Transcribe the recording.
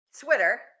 Twitter